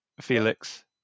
Felix